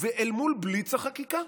אל מול בליץ החקיקה,